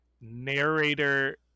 narrator